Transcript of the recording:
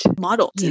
model